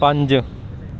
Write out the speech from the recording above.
ਪੰਜ